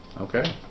Okay